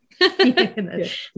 Yes